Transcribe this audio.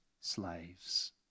slaves